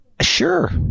Sure